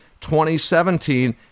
2017